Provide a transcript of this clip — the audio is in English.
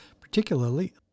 particularly